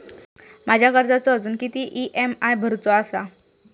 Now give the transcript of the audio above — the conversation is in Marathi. माझ्या कर्जाचो अजून किती ई.एम.आय भरूचो असा?